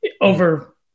over